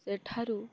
ସେଠାରୁ